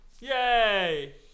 Yay